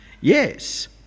Yes